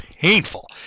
painful